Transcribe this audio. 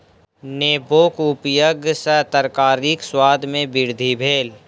नेबोक उपयग सॅ तरकारीक स्वाद में वृद्धि भेल